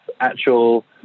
actual